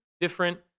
different